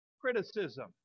criticism